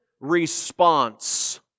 response